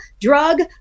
Drug